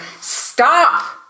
stop